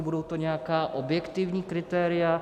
Budou to nějaká objektivní kritéria?